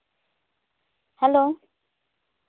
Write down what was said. hello